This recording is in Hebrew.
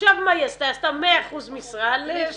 עכשיו מה היא עשתה היא עשתה 100% משרה ל-12.